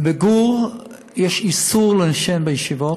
בגור יש איסור לעשן בישיבות.